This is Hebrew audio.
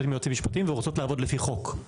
עם יועצים משפטיים ורוצות לעבוד לפי חוק.